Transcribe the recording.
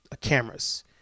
cameras